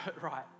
right